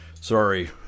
sorry